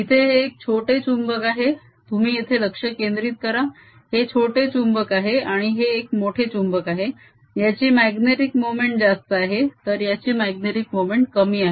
इथे हे एक छोटे चुंबक आहे तुम्ही येथे लक्ष केंद्रित करा हे छोटे चुंबक आहे आणि हे एक मोठे चुंबक आहे याची माग्नेटीक मोमेंट जास्त आहे तर याची माग्नेटीक मोमेंट कमी आहे